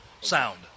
sound